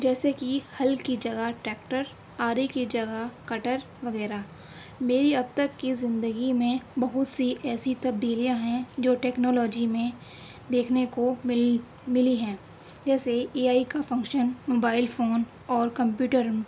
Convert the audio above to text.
جیسے کہ ہل کی جگہ ٹیکٹر آ رہے کی جگہ کٹر وغیرہ میری اب تک کی زندگی میں بہت سی ایسی تبدیلیاں ہیں جو ٹیکنالوجی میں دیکھنے کو مل ملی ہیں جیسے اے آئی کا فنکشن موبائل فون اور کمپیوٹرم